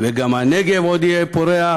/ וגם הנגב עוד יהיה פורח,